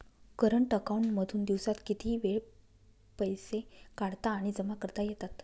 current account मधून दिवसात कितीही वेळ पैसे काढता आणि जमा करता येतात